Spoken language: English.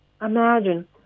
Imagine